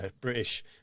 British